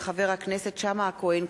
מאת חברי הכנסת אלכס מילר,